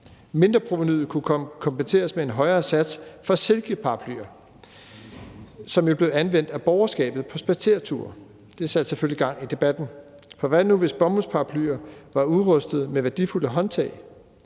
Mindreprovenuet kunne kompenseres med en højere sats for silkeparaplyer, som jo blev anvendt af borgerskabet på spadsereture. Det satte selvfølgelig gang i debatten, for hvad nu, hvis bomuldsparaplyer var udrustet med værdifulde håndtag?